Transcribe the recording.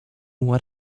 what